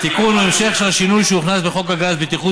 התיקון הוא המשך של השינוי שהוכנס בחוק הגז (בטיחות